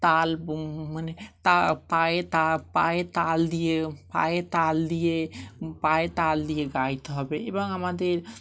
তাল মানে তা পায়ে তা পায়ে তাল দিয়ে পায়ে তাল দিয়ে পায়ে তাল দিয়ে গাইতে হবে এবং আমাদের